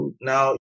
Now